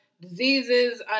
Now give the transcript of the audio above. diseases